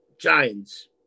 giants